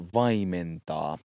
vaimentaa